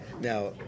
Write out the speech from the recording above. Now